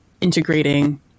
integrating